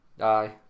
Aye